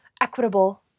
equitable